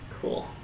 Cool